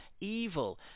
evil